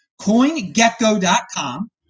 CoinGecko.com